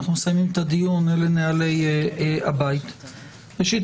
אנחנו מסיימים את הדיון ואלה נוהלי הבית: ראשית,